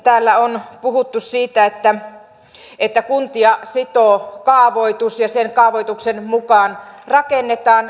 täällä on puhuttu siitä että kuntia sitoo kaavoitus ja sen kaavoituksen mukaan rakennetaan